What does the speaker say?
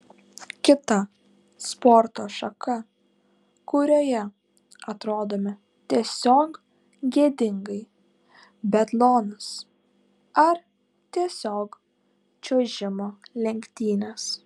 kita sporto šaka kurioje atrodome tiesiog gėdingai biatlonas ar tiesiog čiuožimo lenktynės